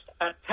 attack